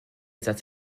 satz